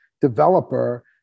developer